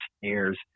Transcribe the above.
years